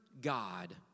God